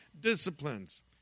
disciplines